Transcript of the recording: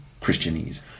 Christianese